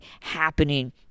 happening